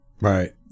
Right